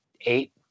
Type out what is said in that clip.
eight